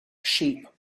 sheep